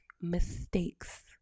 mistakes